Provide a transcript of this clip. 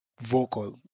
Vocal